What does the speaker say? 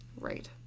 Right